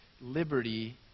liberty